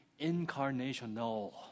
incarnational